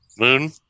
moon